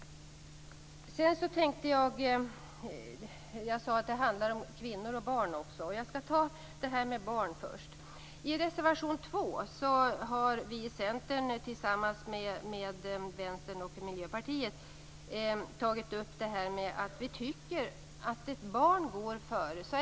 Det här handlar om kvinnor och barn. Låt mig ta barnen först. I reservation 2 har vi i Centern tillsammans med Vänstern och Miljöpartiet tagit upp frågan om att barn alltid går före.